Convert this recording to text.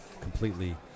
completely